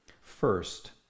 First